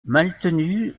maltenu